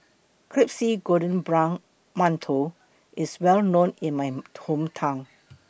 Crispy Golden Brown mantou IS Well known in My Hometown